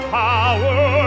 power